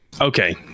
Okay